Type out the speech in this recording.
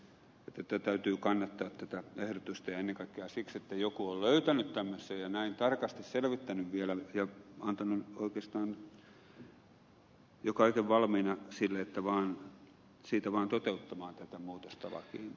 tätä ehdotusta täytyy kannattaa ja ennen kaikkea siksi että joku on löytänyt tämmöisen ja näin tarkasti selvittänyt vielä ja antanut oikeastaan jo kaiken valmiina sille että siitä vaan toteuttamaan tätä muutosta lakiin